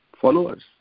followers